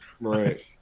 Right